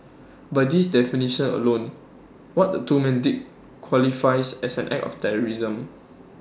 by this definition alone what the two men did qualifies as an act of terrorism